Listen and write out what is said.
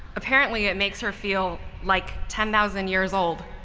apparently it makes her feel like ten thousand years old.